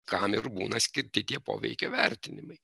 kam ir būna skirti tie poveikio vertinimai